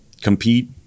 compete